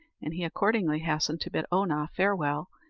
and he accordingly hastened to bid oonagh farewell,